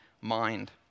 mind